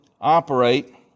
operate